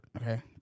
okay